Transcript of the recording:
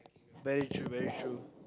very true very true